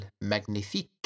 Magnifique